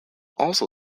also